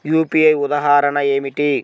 UPI ఉదాహరణ ఏమిటి?